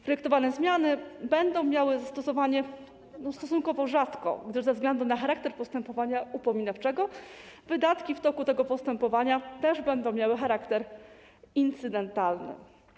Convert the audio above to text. Projektowane zmiany będą miały zastosowanie stosunkowo rzadko, gdyż ze względu na charakter postępowania upominawczego wydatki w toku tego postępowania też będą miały charakter incydentalny.